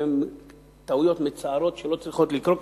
והן טעויות מצערות שלא צריכות לקרות,